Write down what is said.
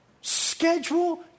Schedule